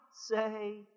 say